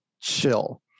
chill